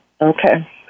Okay